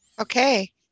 Okay